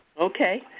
Okay